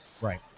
right